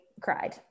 cried